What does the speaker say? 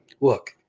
Look